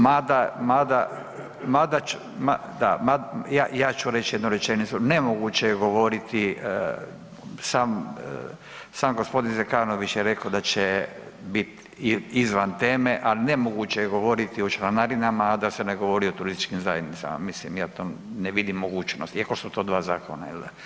Mada ću, da, ja ću reći jednu rečenicu, nemoguće je govoriti sam, sam g. Zekanović je rekao da će biti izvan teme, ali nemoguće je govoriti o članarinama, a da se ne govori o turističkim zajednicama, mislim, ja to ne vidim mogućnost, iako su to dva zakona, jelde?